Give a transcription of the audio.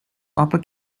upper